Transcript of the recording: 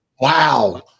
Wow